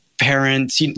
parents